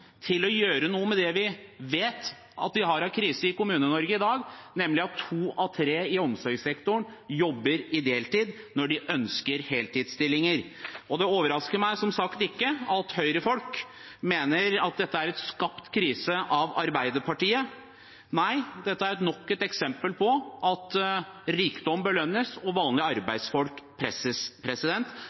til å gjøre noe med det vi vet er en krise i Kommune-Norge i dag, nemlig at to av tre i omsorgssektoren jobber deltid når de ønsker heltidsstillinger. Det overrasker meg som sagt ikke at Høyre-folk mener at dette er en skapt krise av Arbeiderpartiet. Nei – dette er nok et eksempel på at rikdom belønnes, og at vanlige arbeidsfolk presses.